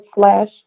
slash